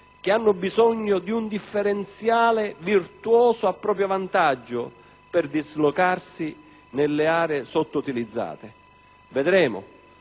che hanno bisogno di un differenziale virtuoso a proprio vantaggio per dislocarsi nelle aree sottoutilizzate. Vedremo